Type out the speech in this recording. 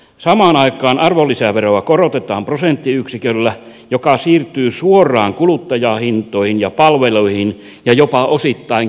samaan aikaan arvonlisäveroa korotetaan prosenttiyksiköllä mikä siirtyy suoraan kuluttajahintoihin ja palveluihin ja jopa osittain kertaantuu